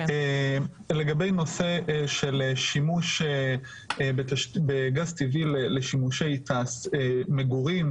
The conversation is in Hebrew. לגבי נושא של שימוש בגז טבעי לשימושי מגורים,